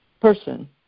person